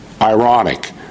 Ironic